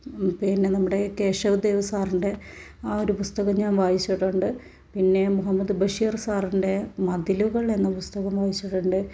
പിന്നെ നമ്മുടെ കേശവദേവ് സാറിൻ്റെ ആ ഒരു പുസ്തകം ഞാൻ വായിച്ചിട്ടുണ്ട് പിന്നെ മുഹമ്മദ് ബഷീർ സാറിൻ്റെ മതിലുകൾ എന്ന പുസ്തകവും വായിച്ചിട്ടുണ്ട്